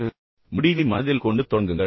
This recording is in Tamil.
பின்னர் முடிவை மனதில் கொண்டு தொடங்குங்கள்